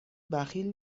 بخیل